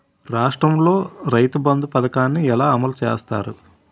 రాష్ట్రంలో రైతుబంధు పథకాన్ని ఎలా అమలు చేస్తారు?